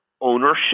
ownership